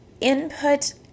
input